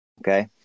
Okay